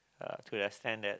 uh to the extent that